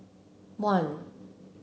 one